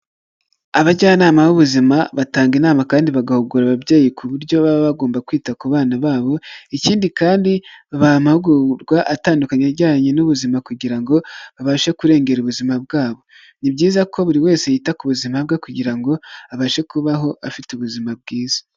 Abajyanama b'ubuzima batanga inama kandi bagahugura ababyeyi ku buryo baba bagomba kwita ku bana babo ikindi kandi babaha amahugurwa atandukanye ajyanye n'ubuzima kugira ngo babashe kurengera ubuzima bwabo, ni byiza ko buri wese yita ku buzima bwe kugira ngo abashe kubaho afite ubuzima bwiza.